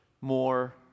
more